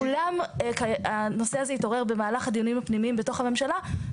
אולם הנושא הזה התעורר במהלך הדיונים הפנימיים בתוך הממשלה.